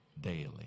daily